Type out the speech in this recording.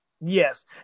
Yes